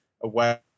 away